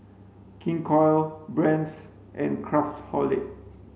King Koil Brand's and Craftholic